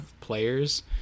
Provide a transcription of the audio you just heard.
Players